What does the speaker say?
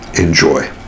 Enjoy